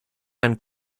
han